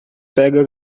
pega